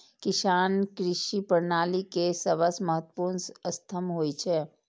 किसान कृषि प्रणाली के सबसं महत्वपूर्ण स्तंभ होइ छै